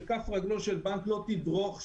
אזורים שכף רגלו של בנק לא תדרוך שם,